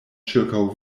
ĉirkaŭ